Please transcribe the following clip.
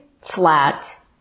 flat